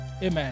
Amen